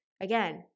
again